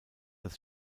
das